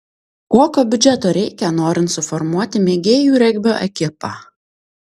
kokio biudžeto reikia norint suformuoti mėgėjų regbio ekipą